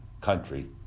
country